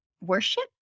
worship